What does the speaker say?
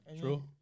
True